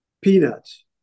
peanuts